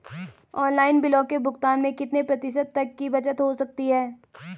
Online बिलों के भुगतान में कितने प्रतिशत तक की बचत हो सकती है?